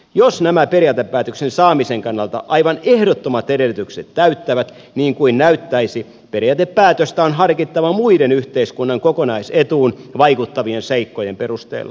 jos nämä periaatepäätöksen saamisen kannalta aivan ehdottomat edellytykset täyttyvät niin kuin näyttäisi periaatepäätöstä on harkittava muiden yhteiskunnan kokonaisetuun vaikuttavien seikkojen perusteella